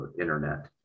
internet